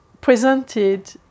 presented